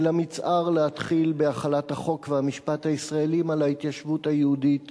ולמצער להתחיל בהחלת החוק והמשפט הישראליים על ההתיישבות היהודית